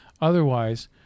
otherwise